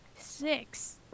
Six